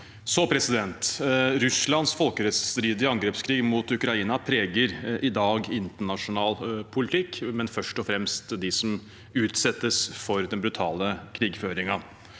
strøm. Russlands folkerettsstridige angrepskrig mot Ukraina preger i dag internasjonal politikk, men først og fremst dem som utsettes for den brutale krigføringen.